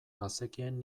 bazekien